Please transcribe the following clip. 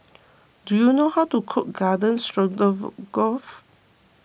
do you know how to cook Garden Stroganoff